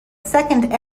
second